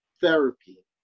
therapy